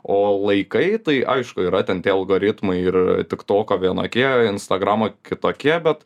o laikai tai aišku yra ten tie algoritmai ir tik toko vienokie instagramo kitokie bet